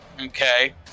Okay